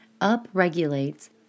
upregulates